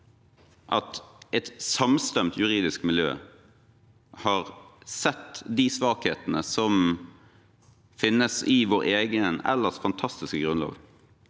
at et samstemt juridisk miljø har sett de svakhetene som finnes i vår egen ellers fantastiske grunnlov,